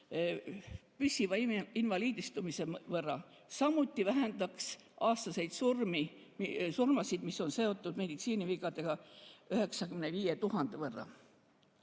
püsiva invaliidistumise võrra. Samuti vähendaks aastaseid surmasid, mis on seotud meditsiinivigadega, 95 000 võrra. Meie